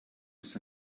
ist